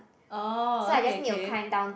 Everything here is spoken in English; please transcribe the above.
oh okay okay